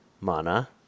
mana